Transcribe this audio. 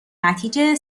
نتیجه